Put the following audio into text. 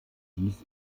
dies